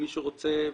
מי שרוצה,